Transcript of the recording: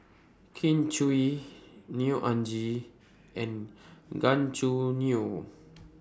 Kin Chui Neo Anngee and Gan Choo Neo